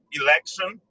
election